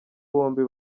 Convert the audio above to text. bombi